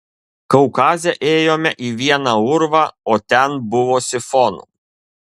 kaukaze ėjome į vieną urvą o ten buvo sifonų